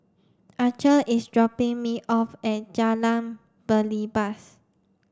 Archer is dropping me off at Jalan Belibas